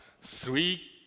three